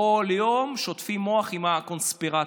כל יום שוטפים מוח עם הקונספירציות,